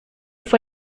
fue